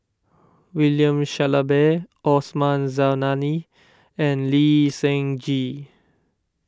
William Shellabear Osman Zailani and Lee Seng Gee